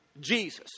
Jesus